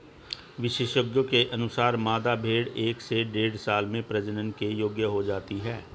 विशेषज्ञों के अनुसार, मादा भेंड़ एक से डेढ़ साल में प्रजनन के योग्य हो जाती है